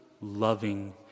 loving